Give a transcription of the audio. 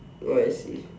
oh I see